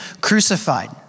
crucified